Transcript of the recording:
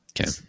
okay